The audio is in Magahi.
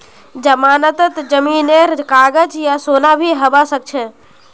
जमानतत जमीनेर कागज या सोना भी हबा सकछे